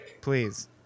Please